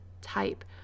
type